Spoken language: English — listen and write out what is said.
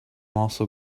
also